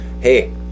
hey